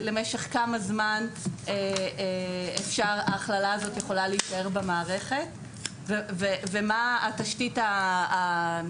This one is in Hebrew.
למשך כמה זמן ההכללה הזאת יכולה להישאר במערכת ומה תשתית האסמכתאות,